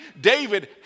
David